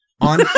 on